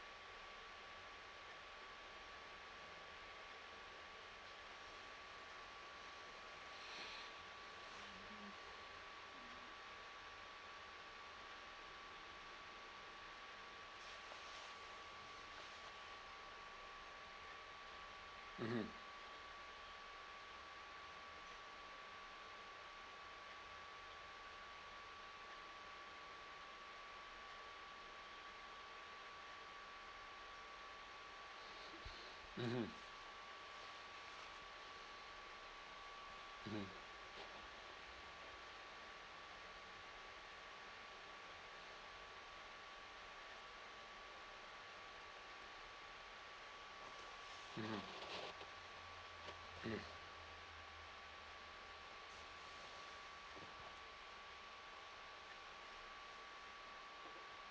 mm mm mm mmhmm mm